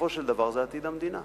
בסופו של דבר, זה עתיד המדינה.